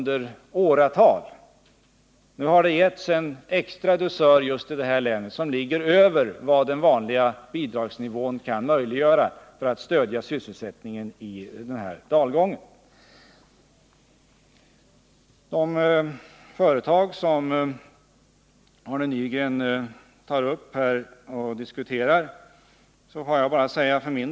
Det innebär att man till detta län har gett bidrag som går utöver de vanliga, just för att stödja sysselsättningen i den här dalgången. Arne Nygren tog i sitt anförande upp några speciella företag.